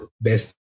best